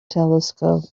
telescope